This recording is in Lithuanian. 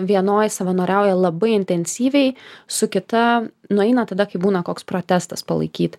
vienoj savanoriauja labai intensyviai su kita nueina tada kai būna koks protestas palaikyt